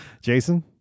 Jason